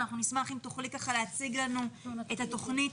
נשמח אם תוכלי להציג לנו את התכנית